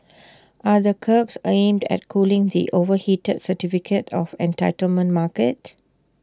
are the curbs aimed at cooling the overheated certificate of entitlement market